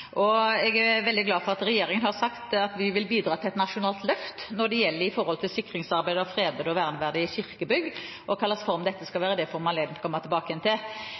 verdifulle. Jeg er veldig glad for at regjeringen har sagt at vi vil bidra til et nasjonalt løft når det gjelder nasjonalt sikringsarbeid av fredede og verneverdige kirkebygg. Hvilken form dette skal være i, får vi anledning til å komme tilbake til.